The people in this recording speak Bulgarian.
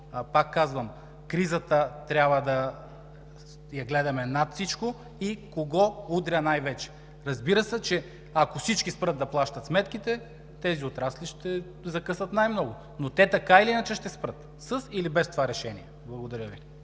Пак казвам, кризата трябва да я гледаме над всичко и кого удря най-вече. Разбира се, ако всички спрат да плащат сметките, тези отрасли ще закъсат най-много, но те така или иначе ще спрат – със или без това решение. Благодаря Ви.